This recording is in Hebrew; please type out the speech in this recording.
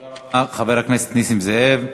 תודה רבה, חבר הכנסת נסים זאב.